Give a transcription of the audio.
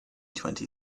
twenty